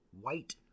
white